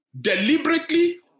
deliberately